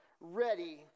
ready